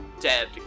dead